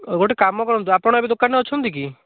ଗୋଟେ କାମ କରନ୍ତୁ ଆପଣ ଏବେ ଦୋକାନରେ ଅଛନ୍ତି କି